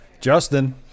Justin